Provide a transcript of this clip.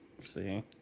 see